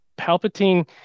Palpatine